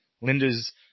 Linda's